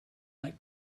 like